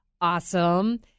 awesome